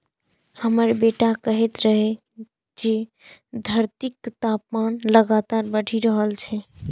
हमर बेटा कहैत रहै जे धरतीक तापमान लगातार बढ़ि रहल छै